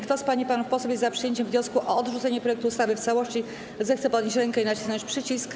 Kto z pań i panów posłów jest za przyjęciem wniosku o odrzucenie projektu ustawy w całości, zechce podnieść rękę i nacisnąć przycisk.